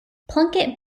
plunkett